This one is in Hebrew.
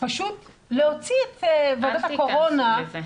פשוט להוציא את ועדת הקורונה --- אל תיכנסו לזה.